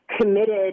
committed